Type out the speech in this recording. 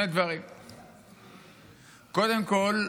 קודם כול,